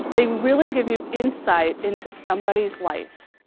they really give you insight into somebody's life.